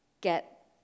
get